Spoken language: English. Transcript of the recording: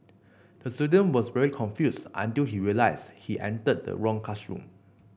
the student was very confused until he realised he entered the wrong classroom